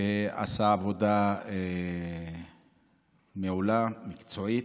שעשה עבודה מעולה, מקצועית.